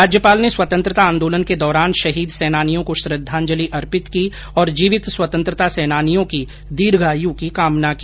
राज्यपाल ने स्वतंत्रता आन्दोलन के दौरान शहीद सैनानियों को श्रद्वांजलि अर्पित की और जीवित स्वतंत्रता सैनानियों की दीर्घ आयु की कामना की